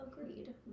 Agreed